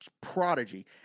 prodigy